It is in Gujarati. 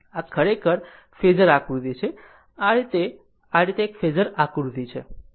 આ ખરેખર ફેઝર આકૃતિ છે આ રીતે તે આ એક ફેઝર આકૃતિ છે